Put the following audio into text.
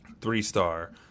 three-star